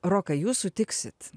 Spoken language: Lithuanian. rokai jūs sutiksit